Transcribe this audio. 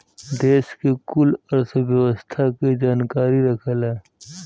देस के कुल अर्थव्यवस्था के जानकारी रखेला